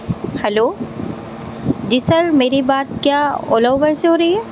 hello جی sir میری بات کیا اولا اوبر سے ہو رہی ہے